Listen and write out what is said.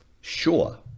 sure